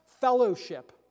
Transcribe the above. fellowship